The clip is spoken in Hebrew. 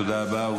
תודה רבה.